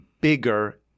bigger